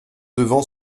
devant